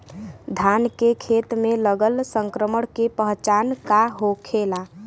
धान के खेत मे लगल संक्रमण के पहचान का होखेला?